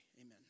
Amen